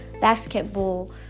basketball